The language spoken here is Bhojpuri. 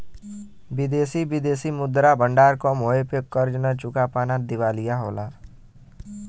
विदेशी विदेशी मुद्रा भंडार कम होये पे कर्ज न चुका पाना दिवालिया होला